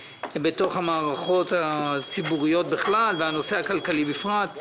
במערכות הציבוריות בכלל ובנושא הכלכלי בפרט.